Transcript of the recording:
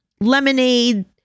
lemonade